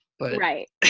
Right